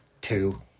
Two